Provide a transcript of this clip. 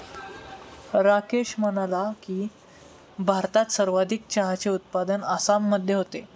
राकेश म्हणाला की, भारतात सर्वाधिक चहाचे उत्पादन आसाममध्ये होते